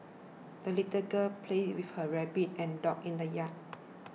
the little girl played with her rabbit and dot in the yard